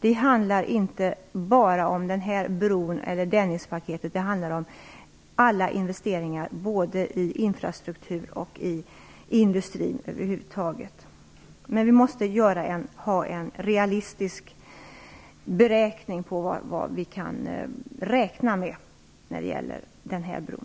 Det handlar inte bara om den här bron eller om Dennispaketet, utan om alla investeringar både i infrastruktur och i industri. Men vi måste göra en realistisk beräkning när det gäller bron.